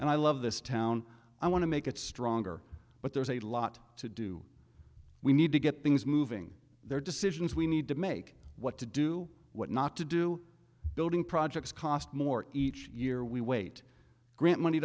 and i love this town i want to make it stronger but there's a lot to do we need to get things moving their decisions we need to make what to do what not to do building projects cost more each year we wait grant money